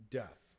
death